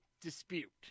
dispute